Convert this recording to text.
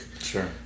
Sure